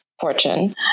fortune